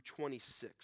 26